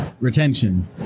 retention